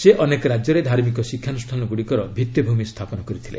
ସେ ଅନେକ ରାଜ୍ୟରେ ଧାର୍ମିକ ଶିକ୍ଷାନୃଷ୍ଣାନ ଗ୍ରଡ଼ିକର ଭିଭିଭୂମି ସ୍ଥାପନ କରିଥିଲେ